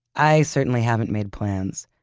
i certainly haven't made plans,